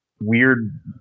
weird